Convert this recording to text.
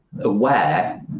aware